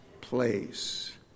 place